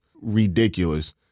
ridiculous